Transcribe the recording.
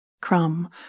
Crumb